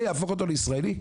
זה יהפוך אותו לישראלי?